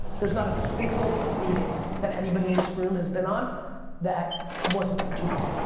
there's not a single meeting that anybody in this room has been on that wasn't too long,